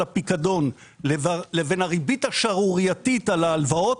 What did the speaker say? הפיקדון לבין הריבית השערורייתית על ההלוואות,